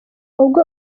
ubwo